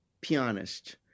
pianist